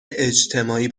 اجتماعی